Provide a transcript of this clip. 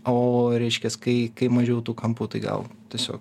o reiškias kai kai mažiau tų kampų tai gal tiesiog